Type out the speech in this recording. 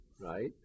Right